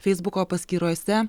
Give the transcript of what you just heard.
feisbuko paskyrose